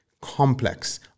complex